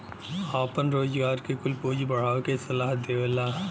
आपन रोजगार के कुल पूँजी बढ़ावे के सलाह देवला